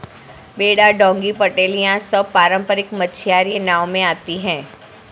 बेड़ा डोंगी पटेल यह सब पारम्परिक मछियारी नाव में आती हैं